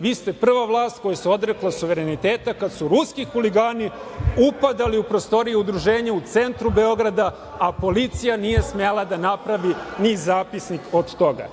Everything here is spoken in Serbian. Vi ste prva vlast koja se odrekla suvereniteta kad su ruski huligani upadali u prostorije udruženja u centru Beograda, a policija nije smela da napravi ni zapisnik od toga.